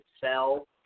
sell